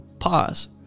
pause